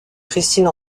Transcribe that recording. christine